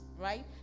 right